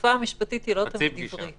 השפה המשפטית היא לא תמיד עברית.